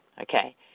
Okay